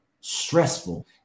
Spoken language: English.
stressful